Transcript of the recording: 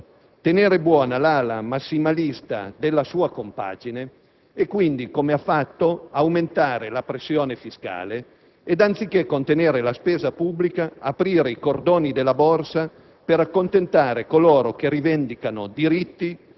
Infatti, il Governo ha in testa un'unica cosa: tenere buona l'ala massimalista della sua compagine e quindi - come ha fatto - aumentare la pressione fiscale ed, anziché contenere la spesa pubblica, aprire i cordoni della borsa